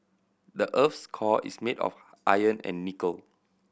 the earth's core is made of iron and nickel